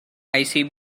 icbm